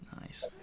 Nice